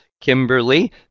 Kimberly